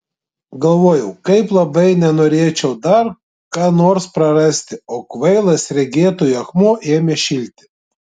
galvojau kaip labai nenorėčiau dar ką nors prarasti o kvailas regėtojų akmuo ėmė šilti